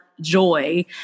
joy